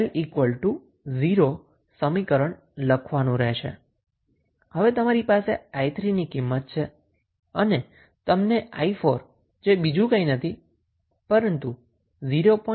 હવે તમે 𝑖3 ની કિંમત જાણતા હોવાથી તમે 𝑖3 ની કિંમત અહી મુકો અને તમને 𝑖4 મળશે જે બીજું કંઈ નથી પરંતુ 0